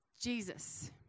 Jesus